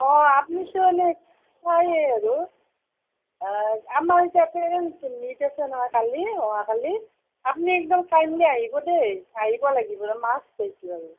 আপুনি হয়েই আৰু আমাৰ এতিয়া পেৰেঞ্চ মিট আছে নহয় কালি অহাকালি আপুনি একদম টাইম লৈ আহিব দেই আহিব লাগিব পাইছোঁ আৰু